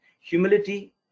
humility